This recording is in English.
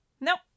Nope